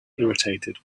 irritated